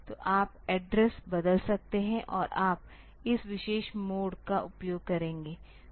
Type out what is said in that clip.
तो आप एड्रेस बदल सकते हैं और आप इस विशेष मोड का उपयोग करेंगे